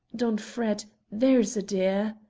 don't fret, there's a dear.